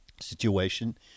situation